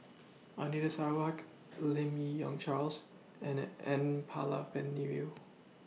Anita Sarawak Lim Me Yong Charles and N Palanivelu